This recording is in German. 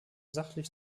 sachlich